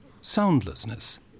soundlessness